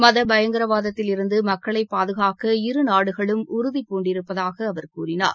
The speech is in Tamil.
மத பயங்கரவாதத்தில் இருந்து மக்களை பாதுகாக்க இரு நாடுகளும் உறுதி பூண்டிருப்பதாக அவர் கூறினார்